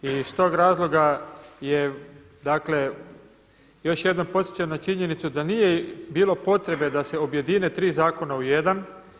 I iz tog razloga je još jednom podsjećam na činjenicu da nije bilo potrebe da se objedine tri zakona u jedan.